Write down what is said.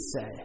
say